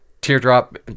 Teardrop